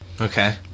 Okay